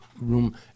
room